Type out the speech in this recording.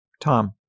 Tom